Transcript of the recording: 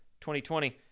2020